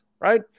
right